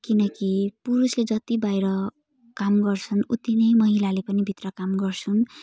किनकि पुरुषले जति बाहिर काम गर्छन् उत्ति नै महिलाले पनि भित्र काम गर्छन्